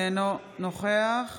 אינו נוכח